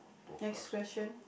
next question